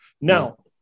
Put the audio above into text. Now